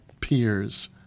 peers